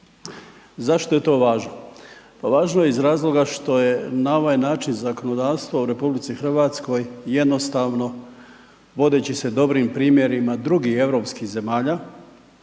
Zašto je to važno? Pa važno je iz razloga što je na ovaj način zakonodavstvo u RH jednostavno vodeći se dobrim primjerima drugih europskih zemalja